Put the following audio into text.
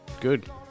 Good